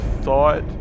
thought